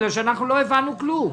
לא הבנו כלום.